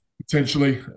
potentially